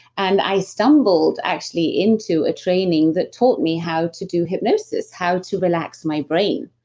and i stumbled actually into a training that taught me how to do hypnosis, how to relax my brain,